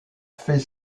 fait